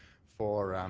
for